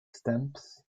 stamps